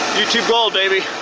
youtube gold, baby.